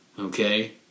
Okay